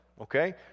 okay